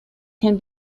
can